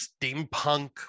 steampunk